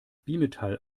bimetall